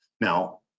Now